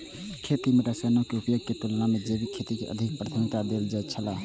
खेती में रसायनों के उपयोग के तुलना में जैविक खेती के अधिक प्राथमिकता देल जाय छला